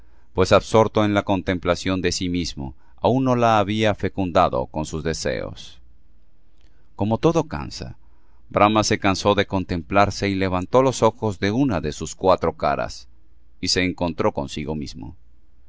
pues absorto en la contemplación de sí mismo aún no lo había fecundado con sus deseos como todo cansa brahma se cansó de contemplarse y levantó los ojos de una de sus cuatro caras y se encontró consigo mismo